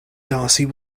darcy